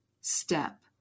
step